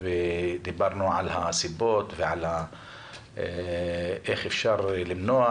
ודיברנו על הסיבות ואיך אפשר למנוע,